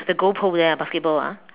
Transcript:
the goal pole there ah basketball ah